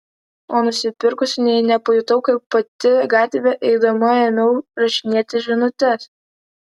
o nusipirkusi nė nepajutau kaip pati gatve eidama ėmiau rašinėti žinutes